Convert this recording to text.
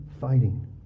fighting